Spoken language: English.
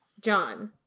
john